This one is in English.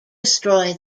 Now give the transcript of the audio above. destroy